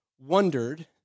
wondered